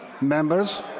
members